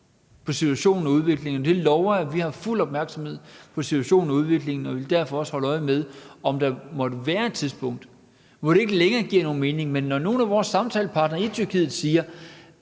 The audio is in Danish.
på situationen og udviklingen, og det lover jeg. Vi har fuld opmærksomhed på situationen og udviklingen og vil derfor også holde øje med, om der måtte være et tidspunkt, hvor det ikke længere giver nogen mening. Men når nogle af vores samtalepartnere i Tyrkiet siger,